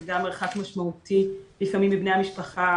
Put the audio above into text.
זה גם מרחק משמעותי לפעמים מבני המשפחה